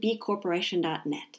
bcorporation.net